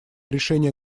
решения